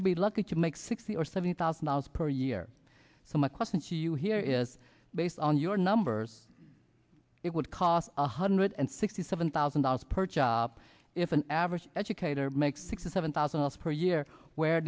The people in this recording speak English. they'll be lucky to make sixty or seventy thousand dollars per year so my question to you here is based on your numbers if it cost one hundred and sixty seven thousand dollars per job if an average educator makes sixty seven thousand dollars per year where